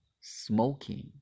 Smoking